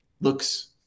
looks